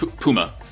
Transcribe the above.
Puma